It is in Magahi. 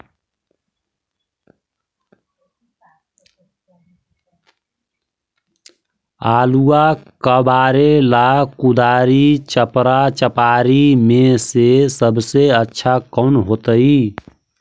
आलुआ कबारेला कुदारी, चपरा, चपारी में से सबसे अच्छा कौन होतई?